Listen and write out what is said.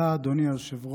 תודה, אדוני היושב-ראש.